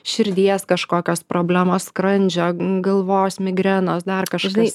širdies kažkokios problemos skrandžio galvos migrenos dar kažkas